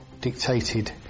dictated